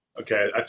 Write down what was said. Okay